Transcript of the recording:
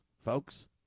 folks